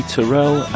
Terrell